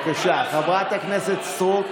בבקשה, אורית סטרוק.